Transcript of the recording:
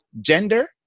gender